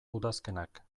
udazkenak